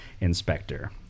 inspector